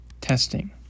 Testing